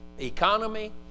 economy